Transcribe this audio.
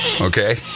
Okay